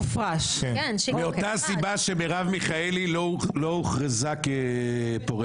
מאותה סיבה שמרב מיכאלי לא הוכרזה כפורשת.